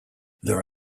there